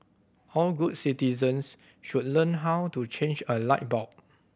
all good citizens should learn how to change a light bulb